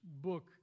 book